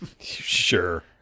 sure